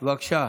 בבקשה.